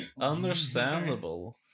understandable